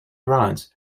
grants